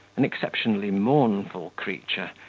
an exceptionally mournful creature,